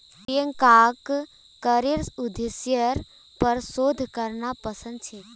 प्रियंकाक करेर उद्देश्येर पर शोध करना पसंद छेक